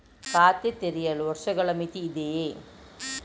ಖಾತೆ ತೆರೆಯಲು ವರ್ಷಗಳ ಮಿತಿ ಇದೆಯೇ?